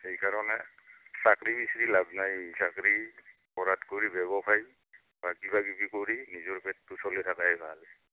সেইকাৰণে চাকৰি বিচৰি লাভ নাই চাকৰি কৰাত কৰি ব্যৱসায় বা কিবাকিবি কৰি নিজৰ পেটটো চলাই থকাই ভাল